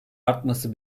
artması